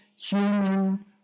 human